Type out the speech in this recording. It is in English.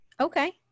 Okay